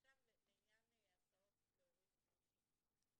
עכשיו לעניין הסעות להורים גרושים.